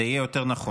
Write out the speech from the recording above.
זה יהיה יותר נכון.